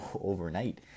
overnight